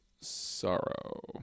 sorrow